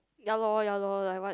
ya lor ya lor like what